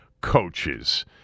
coaches